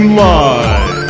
live